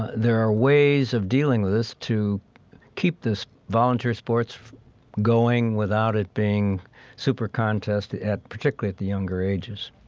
there are ways of dealing with this to keep this volunteer sports going without it being super contest at the, particularly at the younger ages